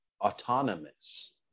autonomous